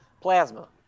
plasma